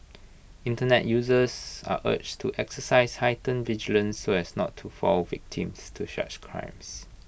Internet users are urged to exercise heightened vigilance so as not to fall victims to such crimes